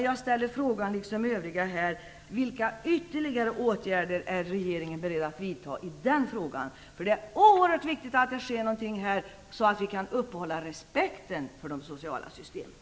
Jag ställer ändå, liksom övriga här, frågan: Vilka ytterligare åtgärder är regeringen beredd att vidta i den frågan? Det är oerhört viktigt att det sker någonting här, så att vi kan upprätthålla respekten för de sociala systemen.